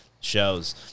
shows